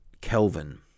Kelvin